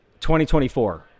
2024